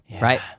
Right